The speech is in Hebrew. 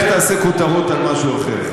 לך תעשה כותרות על משהו אחר.